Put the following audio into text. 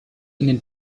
ihnen